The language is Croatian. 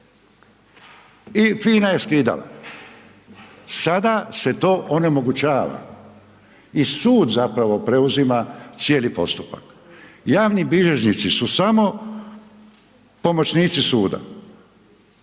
i FINA je skidala. Sada se to onemogućava i sud zapravo preuzima cijeli postupak. Javni bilježnici su samo pomoćnici suda,